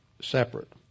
separate